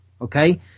okay